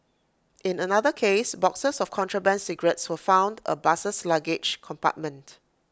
in another case boxes of contraband cigarettes were found A bus's luggage compartment